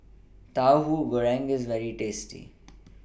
Tauhu Goreng IS very tasty